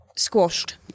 Squashed